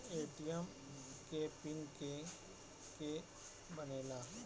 ATM के pin के के बनेला?